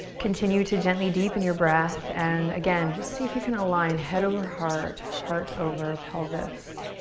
continue to gently deepen your breath and again just see if you can align head over heart, heart over pelvis.